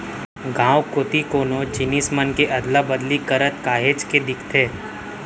गाँव कोती कोनो जिनिस मन के अदला बदली करत काहेच के दिखथे